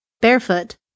Barefoot